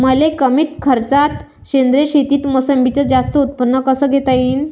मले कमी खर्चात सेंद्रीय शेतीत मोसंबीचं जास्त उत्पन्न कस घेता येईन?